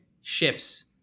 shifts